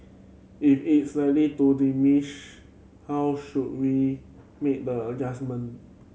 if it's likely to diminish how should we make the adjustment